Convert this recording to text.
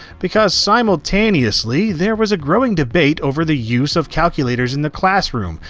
because, simultaneously, there was a growing debate over the use of calculators in the classroom,